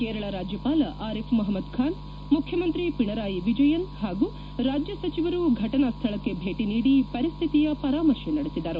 ಕೇರಳ ರಾಜ್ಯಪಾಲ ಆರೀಫ್ ಮೊಪಮ್ಮದ್ ಖಾನ್ ಮುಖ್ಯಮಂತ್ರಿ ಪಿಣರಾಯಿ ವಿಜಯನ್ ಹಾಗೂ ರಾಜ್ಯ ಸಚಿವರು ಫಟನಾ ಸ್ವಳಕ್ಕೆ ಭೇಟಿ ನೀಡಿ ಪರಿಸ್ವಿತಿಯ ಪರಾಮರ್ಶೆ ನಡೆಸಿದರು